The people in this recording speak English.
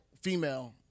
female